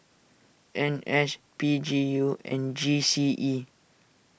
N S P G U and G C E